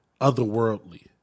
otherworldly